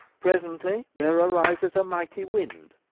presently there arises a mighty wind,